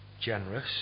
generous